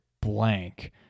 blank